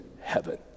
heaven